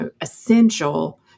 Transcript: essential